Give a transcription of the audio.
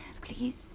Please